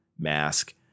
mask